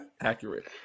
Accurate